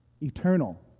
eternal